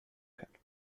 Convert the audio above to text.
können